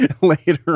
later